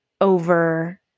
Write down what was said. over